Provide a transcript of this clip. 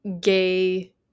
gay